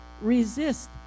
resist